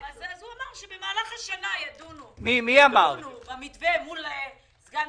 הוא אמר שבמהלך השנה ידונו במתווה מול סגן